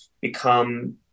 become